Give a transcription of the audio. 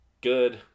good